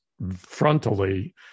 frontally